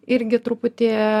irgi truputį